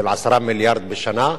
של 10 מיליארד בשנה,